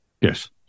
Yes